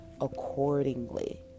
accordingly